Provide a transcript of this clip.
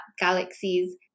galaxies